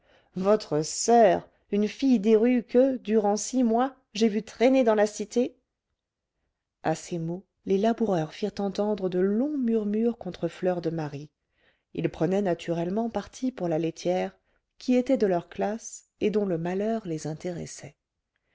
votre soeur une fille des rues que durant six mois j'ai vue traîner dans la cité à ces mots les laboureurs firent entendre de longs murmures contre fleur de marie ils prenaient naturellement parti pour la laitière qui était de leur classe et dont le malheur les intéressait